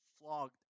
flogged